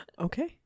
Okay